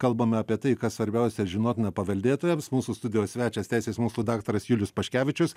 kalbame apie tai kas svarbiausia ir žinotina paveldėtojams mūsų studijos svečias teisės mokslų daktaras julius paškevičius